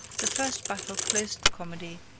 the first battle closed the comedy,